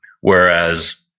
Whereas